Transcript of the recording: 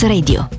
Radio